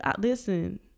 Listen